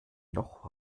noch